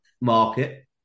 market